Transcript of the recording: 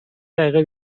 دقیقه